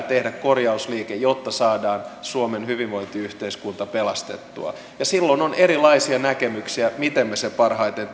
tehdä korjausliike jotta saadaan suomen hyvinvointiyhteiskunta pelastettua ja silloin on erilaisia näkemyksiä miten me sen parhaiten